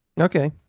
Okay